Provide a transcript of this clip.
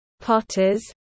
potters